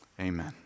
Amen